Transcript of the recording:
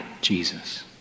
Jesus